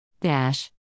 Dash